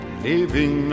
leaving